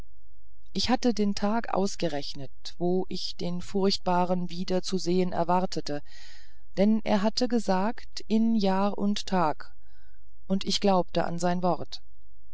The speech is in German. ich hatte den tag ausgerechnet wo ich den furchtbaren wieder zu sehen erwartete denn er hatte gesagt in jahr und tag und ich glaubte an sein wort